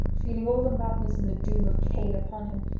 feeling all the madness and the doom of cain upon him,